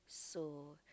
so